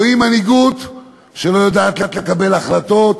מנהיגות שלא יודעת לקבל החלטות,